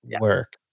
work